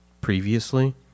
previously